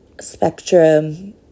spectrum